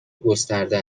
گسترده